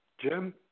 Jim